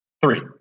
Three